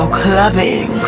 clubbing